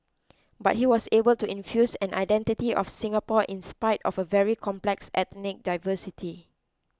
but he was able to infuse an identity of Singapore in spite of a very complex ethnic diversity